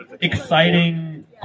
exciting